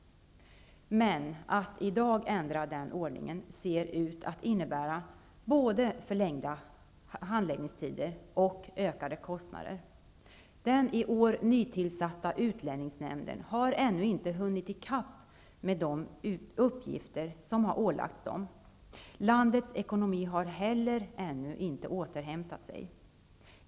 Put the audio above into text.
Men att i dag ändra den ordningen ser ut att innebära både förlängda handläggningstider och ökade kostnader. Den i år nytillsatta utlänningsnämnden har ännu inte hunnit i kapp med de uppgifter som har ålagts dem. Landets ekonomi har heller ännu inte återhämtat sig.